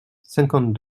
cinquante